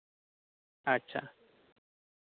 ᱟᱪᱪᱷᱟ